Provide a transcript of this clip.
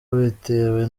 yabitewe